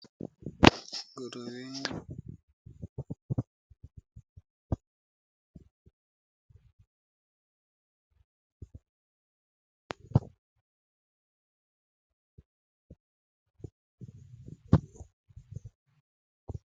Ingurube iri konsa ibyana byayo.